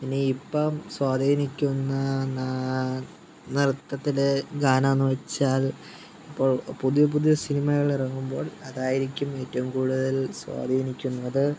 ഇനി ഇപ്പോള് സ്വാധീനിക്കുന്ന നൃത്തത്തിലെ ഗാനമെന്ന് വെച്ചാൽ ഇപ്പോൾ പുതിയ പുതിയ സിനിമകൾ ഇറങ്ങുമ്പോൾ അതായിരിക്കും ഏറ്റവും കൂടുതൽ സ്വാധീനിക്കുന്നത്